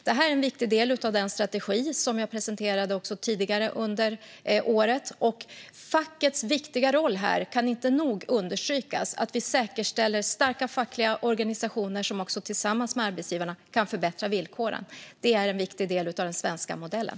Detta är en viktig del av den strategi som jag presenterade tidigare under året. Fackets viktiga roll här kan inte nog understrykas. Det handlar om att vi säkerställer starka fackliga organisationer som tillsammans med arbetsgivarna kan förbättra villkoren. Det är en viktig del av den svenska modellen.